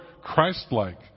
Christ-like